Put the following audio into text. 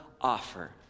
offer